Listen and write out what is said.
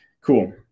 Cool